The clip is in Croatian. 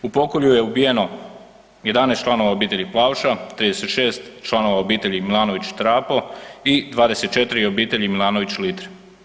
U pokolju je ubijeno 11 članova obitelji Plavša, 36 članova obitelji Milanović Trapo i 24 obitelji Milanović Litre.